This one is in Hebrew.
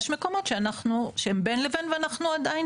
יש מקומות שהם בין לבין ואנחנו עדיין